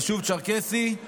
יישוב צ'רקסי,